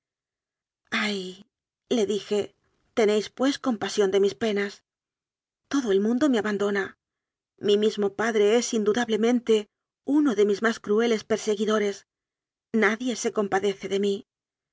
ay le dije tenéis pues compasión de mis penas todo el mundo me abandona mi mismo padre es indudablemente uno de mis más crueles persegui dores nadie se compadece de mí